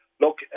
look